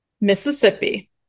Mississippi